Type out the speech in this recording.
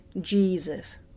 Jesus